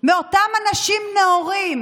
מאותם אנשים נאורים